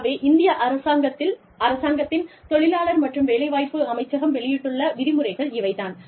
ஆகவே இந்திய அரசாங்கத்தின் தொழிலாளர் மற்றும் வேலைவாய்ப்பு அமைச்சகம் வெளியிட்டுள்ள விதிமுறைகள் இவை தான்